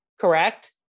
correct